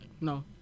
No